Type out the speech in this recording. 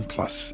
Plus